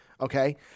okay